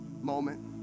moment